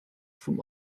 from